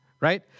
right